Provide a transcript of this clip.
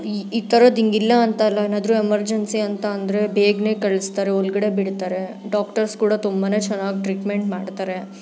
ಈ ಥರದ ಹಿಂಗಿಲ್ಲ ಅಂತಲ್ಲ ಏನಾದ್ರೂ ಎಮರ್ಜೆನ್ಸಿ ಅಂತ ಅಂದರೆ ಬೇಗನೆ ಕಳಿಸ್ತಾರೆ ಒಳ್ಗಡೆ ಬಿಡ್ತಾರೆ ಡಾಕ್ಟರ್ಸ್ ಕೂಡ ತುಂಬಾ ಚೆನ್ನಾಗಿ ಟ್ರೀಟ್ಮೆಂಟ್ ಮಾಡ್ತಾರೆ